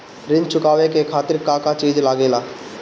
ऋण चुकावे के खातिर का का चिज लागेला?